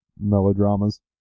melodramas